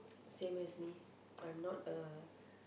same as me I'm not a